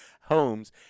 homes